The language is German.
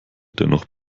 dennoch